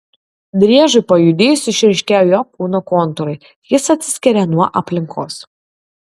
driežui pajudėjus išryškėja jo kūno kontūrai jis atsiskiria nuo aplinkos